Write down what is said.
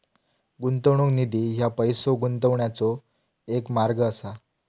गुंतवणूक निधी ह्या पैसो गुंतवण्याचो एक मार्ग असा